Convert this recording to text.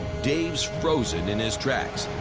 dave's frozen in his tracks.